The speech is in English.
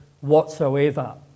whatsoever